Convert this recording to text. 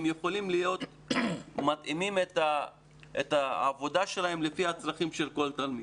הם יכולים להתאים את העבודה שלהם לפי הצרכים של כל תלמיד.